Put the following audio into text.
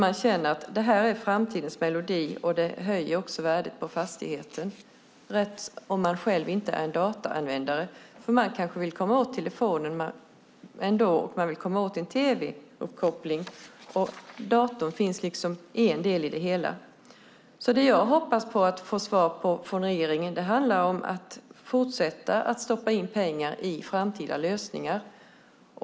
Man känner att det här är framtidens melodi, och det höjer värdet på fastigheten. Även om man kanske själv inte är en datoranvändare vill man åt telefon och tv-uppkopplingen. Datorn är en del i det hela. Det jag hoppas få svar på från regeringen handlar om fortsatta pengar i framtida lösningar.